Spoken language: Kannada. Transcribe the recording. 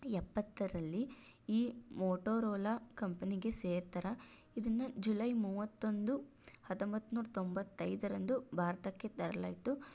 ಎಪ್ಪತ್ತರಲ್ಲಿ ಈ ಮೊಟೊರೊಲಾ ಕಂಪನಿಗೆ ಸೇರ್ತಾರೆ ಇದನ್ನು ಜುಲೈ ಮೂವತ್ತೊಂದು ಹತ್ತೊಂಬತ್ತ್ನೂರ ತೊಂಬತ್ತೈದರಂದು ಭಾರತಕ್ಕೆ ತರಲಾಯ್ತು